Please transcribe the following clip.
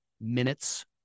minutes